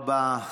תודה רבה.